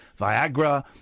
Viagra